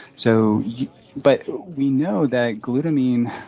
so but we know that glutamine,